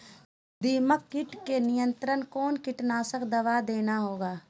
दीमक किट के नियंत्रण कौन कीटनाशक दवा देना होगा?